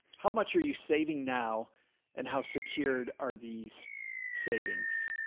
how much are you saving now and how secured are these savings?